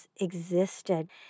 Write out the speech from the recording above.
existed